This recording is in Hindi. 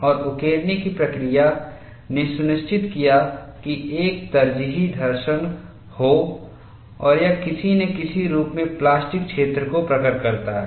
और उकेरने की प्रक्रिया ने सुनिश्चित किया कि एक तरजीही धर्षण हो और यह किसी ने किसी रूप में प्लास्टिक क्षेत्र को प्रकट करता है